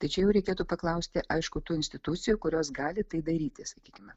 tai čia jau reikėtų paklausti aišku tų institucijų kurios gali tai daryti sakykime